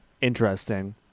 interesting